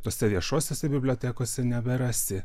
tose viešosiose bibliotekose neberasi